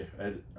Okay